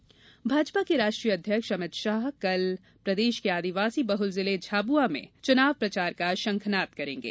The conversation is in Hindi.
अमित शाह भाजपा के राष्ट्रीय अध्यक्ष अमित शाह कल प्रदेश के आदिवासी बहल जिले झाबुआ में विधानसभा के लिए चुनाव प्रचार का शंखनाद करेंगे